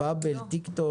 באבל, תיק-תק?